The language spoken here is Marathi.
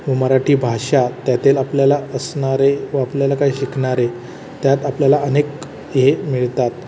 मराठी भाषा त्यातील आपल्याला असणारे व आपल्याला काही शिकणारे त्यात आपल्याला अनेक हे मिळतात